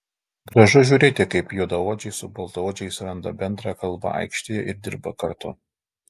gražu žiūrėti kaip juodaodžiai su baltaodžiais randa bendrą kalbą aikštėje ir dirba kartu